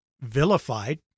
vilified